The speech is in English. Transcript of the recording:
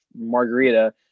margarita